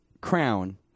crown